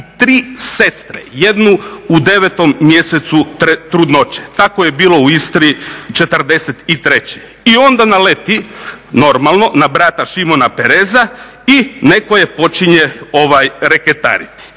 i 3 sestre. Jednu u 9 mjesecu trudnoće. Tako je bilo u Istri '43. I onda naleti, normalno na brata Šimuna Pereza i netko je počinje reketariti.